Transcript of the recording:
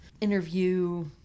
interview